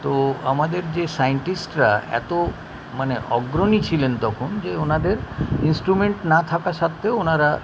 তো আমাদের যে সায়েনটিস্টরা এত মানে অগ্রণী ছিলেন তখন যে ওনাদের ইন্সট্রুমেন্ট না থাকা সত্ত্বেও ওনারা